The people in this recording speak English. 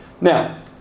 Now